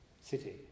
city